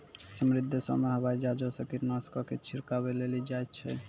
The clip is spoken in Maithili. समृद्ध देशो मे हवाई जहाजो से कीटनाशको के छिड़कबैलो जाय छै